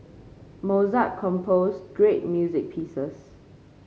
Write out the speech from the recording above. Mozart composed great music pieces